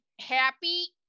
Happy